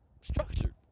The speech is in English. structured